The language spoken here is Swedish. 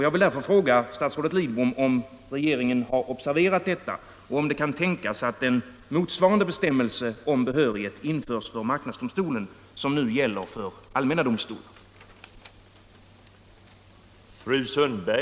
Jag vill därför fråga statsrådet Lidbom om regeringen har observerat detta och om det kan tänkas att en bestämmelse om behörighet införs för marknadsdomstolen motsvarande den som gäller för allmänna domstolar.